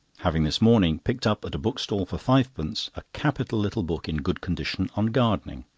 having this morning picked up at a bookstall for fivepence a capital little book, in good condition, on gardening.